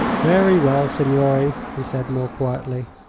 very well, signore, he said, more quietly.